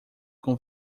com